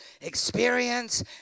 experience